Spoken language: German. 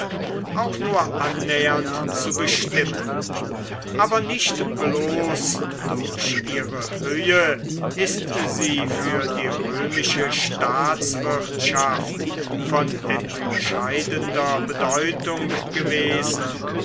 auch nur annähernd zu bestimmen aber nicht bloß durch ihre höhe ist sie für die römische staatswirtschaft von entscheidender bedeutung gewesen